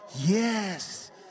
Yes